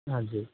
हाँ जी